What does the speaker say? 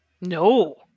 No